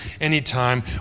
anytime